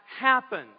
happen